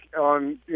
on